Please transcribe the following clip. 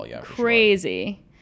crazy